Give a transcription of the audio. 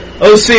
OC